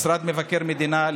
משרד מבקר המדינה,